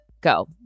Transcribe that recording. Go